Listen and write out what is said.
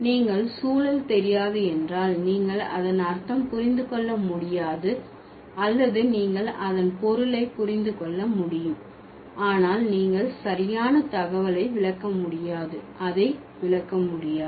நீங்கள் சூழல் தெரியாது என்றால் நீங்கள் அதன் அர்த்தம் புரிந்து கொள்ள முடியாது அல்லது நீங்கள் அதன் பொருளை புரிந்து கொள்ள முடியும் ஆனால் நீங்கள் சரியான தகவலை விளக்க முடியாது அதை விளக்க முடியாது